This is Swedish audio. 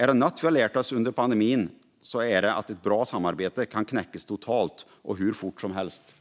Är det något vi har lärt oss under pandemin är det att ett bra samarbete kan knäckas totalt och att det kan gå hur fort som helst.